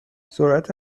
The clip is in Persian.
سرعت